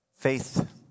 Faith